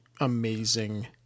amazing